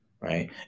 right